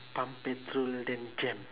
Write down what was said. pump petrol then jam